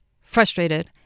frustrated